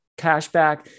cashback